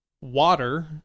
water